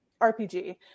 rpg